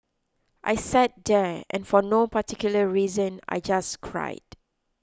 I sat there and for no particular reason I just cried